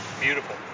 beautiful